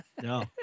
No